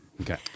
Okay